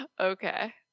Okay